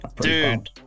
Dude